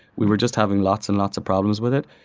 we were just having lots and lots of problems with it.